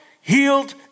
healed